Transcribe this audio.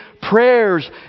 prayers